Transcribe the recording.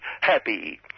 happy